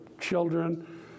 children